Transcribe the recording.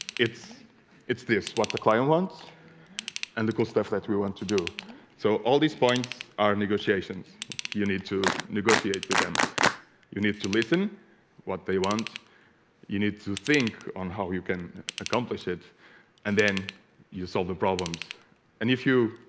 it's it's this what the client wants and the cool stuff that we want to do so all these points are negotiations you need to negotiate with them you need to listen what they want you need to think on how you can accomplish it and then you solve the problems and if you